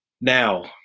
now